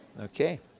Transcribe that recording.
Okay